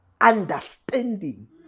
understanding